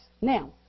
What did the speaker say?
Now